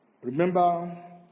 Remember